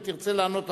אם תרצה לענות אחרי,